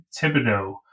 Thibodeau